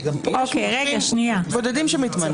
יש מקרים בודדים שבהם מתמנה